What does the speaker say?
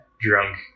drunk